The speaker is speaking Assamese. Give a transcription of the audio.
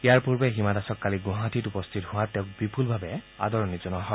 ইয়াৰ পূৰ্বে হিমা দাস কালি ণ্ডৱাহাটীত উপস্থিত হোৱাত তেওঁক বিপুলভাৱে আদৰণি জনোৱা হয়